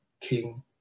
king